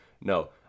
No